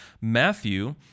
Matthew